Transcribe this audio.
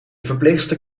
verpleegster